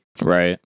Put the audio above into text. Right